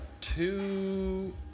two